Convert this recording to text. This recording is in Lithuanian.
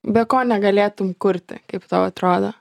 be ko negalėtum kurti kaip tau atrodo